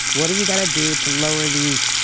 what are you going to do to lower these,